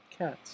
cats